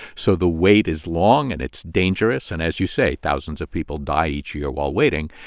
so the wait is long, and it's dangerous. and as you say, thousands of people die each year while waiting,